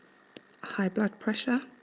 high blood pressure